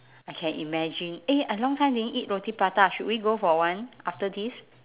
I can imagine eh I long time didn't eat roti prata should we go for one after this